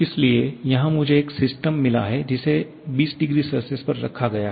इसलिए यहां मुझे एक सिस्टम मिला है जिसे 20 ०C पर रखा गया है